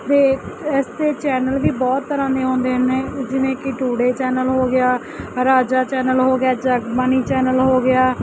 ਵੇ ਇਸ ਦੇ ਚੈਨਲ ਵੀ ਬਹੁਤ ਤਰ੍ਹਾਂ ਦੇ ਆਉਂਦੇ ਨੇ ਜਿਵੇਂ ਕਿ ਟੂਡੇ ਚੈਨਲ ਹੋ ਗਿਆ ਰਾਜਾ ਚੈਨਲ ਹੋ ਗਿਆ ਜਗਬਾਣੀ ਚੈਨਲ ਹੋ ਗਿਆ